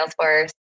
Salesforce